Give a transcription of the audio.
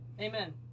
Amen